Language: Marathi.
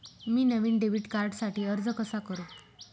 मी नवीन डेबिट कार्डसाठी अर्ज कसा करु?